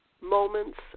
moments